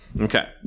Okay